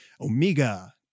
Omega